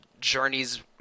journeys